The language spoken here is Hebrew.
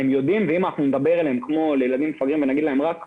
אם נדבר אליהם כמו לילדים מפגרים ונגיד להם רק "לא"